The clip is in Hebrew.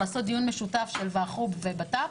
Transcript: לעשות דיון משותף של ועחו"ב ובט"פ